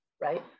right